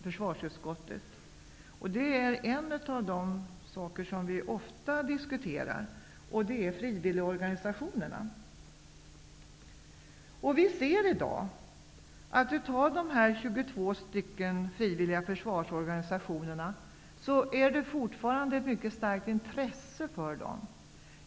Det gäller en av de saker som vi ofta diskuterar, nämligen frivilligorganisationerna. För de 22 frivilliga försvarsorganisationerna finns det fortfarande ett mycket starkt intresse.